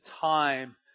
time